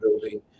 building